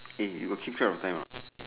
eh you got keep track of time or not